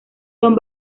son